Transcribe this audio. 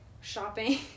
shopping